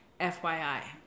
FYI